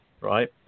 right